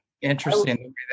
interesting